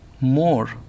more